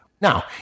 Now